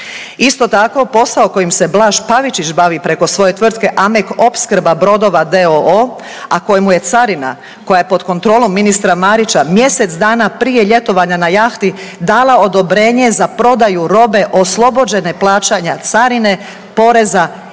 Isto tako posao kojim se Blaž Pavičić bavi preko svoje tvrtke Amec opskrba brodova d.o.o., a kojemu je Carina, koja je pod kontrolom ministra Marića mjesec dana prije ljetovanja na jahti dala odobrenje za prodaju robe oslobođene plaćanja carine, poreza i